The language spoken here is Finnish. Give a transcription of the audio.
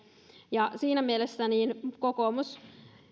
ja siinä mielessä kokoomus